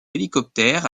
hélicoptère